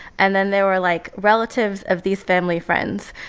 and then there were, like, relatives of these family friends.